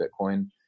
Bitcoin